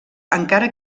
encara